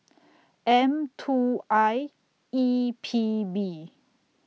M two I E P B